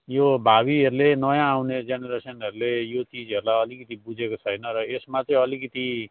यो भावीहरूले नयाँ आउने जेनेरेसनहरूले यो चिजहरूलाई अलिकति बुझेको छैन र यसमा चाहिँ अलिकति